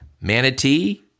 Manatee